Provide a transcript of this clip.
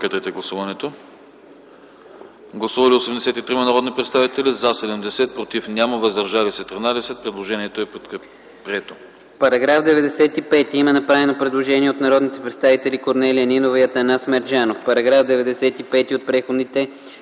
По § 95 има направено предложение от народните представители Корнелия Нинова и Атанас Мерджанов: